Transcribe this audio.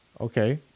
Okay